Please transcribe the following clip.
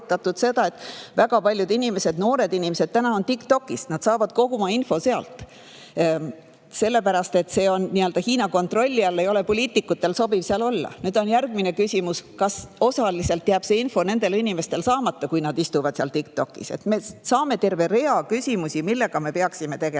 seda, et väga paljud inimesed, eriti noored inimesed, on TikTokis, nad saavad kogu oma info sealt. Aga kuna see on nii-öelda Hiina kontrolli all, siis ei ole poliitikutel sobiv seal olla. Nüüd on järgmine küsimus: kas osaliselt jääb vajalik info nendel inimestel saamata, kui nad istuvad TikTokis? Meil on terve rida küsimusi, millega me peaksime